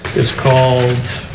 is called